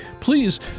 please